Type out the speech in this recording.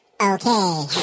Okay